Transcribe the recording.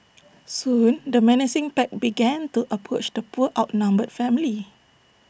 soon the menacing pack began to approach the poor outnumbered family